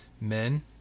men